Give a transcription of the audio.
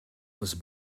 was